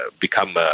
become